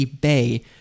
bay